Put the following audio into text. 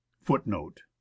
footnote